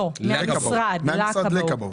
לא, מהמשרד לכבאות.